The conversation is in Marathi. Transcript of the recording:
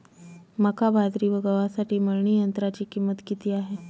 मका, बाजरी व गव्हासाठी मळणी यंत्राची किंमत किती आहे?